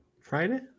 Friday